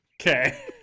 Okay